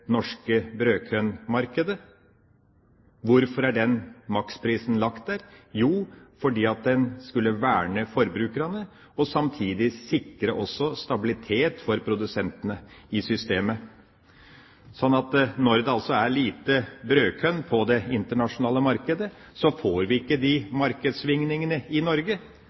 norske brødkornmarkedet. Hvorfor er den maksprisen lagt der? Jo, fordi en skulle verne forbrukerne og samtidig sikre stabilitet for produsentene i systemet. Når det altså er lite brødkorn på det internasjonale markedet, får vi ikke disse markedssvingningene i Norge